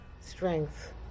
Strength